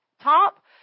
top